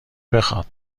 بخواد